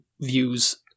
views